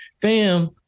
fam